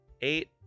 Eight